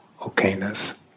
okayness